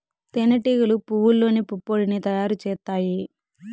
తేనె టీగలు పువ్వల్లోని పుప్పొడిని తయారు చేత్తాయి